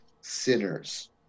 sinners